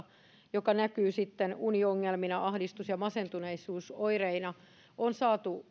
joka näkyy sitten uniongelmina ahdistus ja masentuneisuusoireina hoidosta on saatu